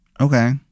okay